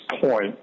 point